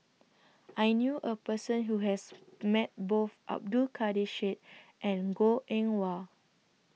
I knew A Person Who has Met Both Abdul Kadir Syed and Goh Eng Wah